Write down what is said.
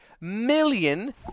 million